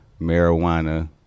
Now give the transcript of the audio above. marijuana